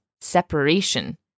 separation